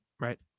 right